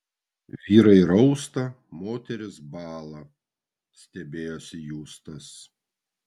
vyrai rausta moterys bąla stebėjosi justas